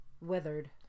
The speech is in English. weathered